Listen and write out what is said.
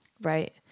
Right